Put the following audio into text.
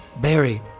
Barry